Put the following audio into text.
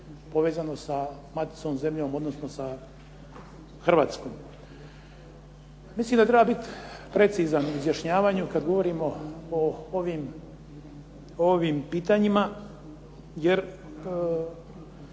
povezanost sa maticom zemljom odnosno sa Hrvatskom. Mislim da treba biti precizan u izjašnjavanju kad govorimo o ovim pitanjima jer